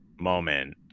moment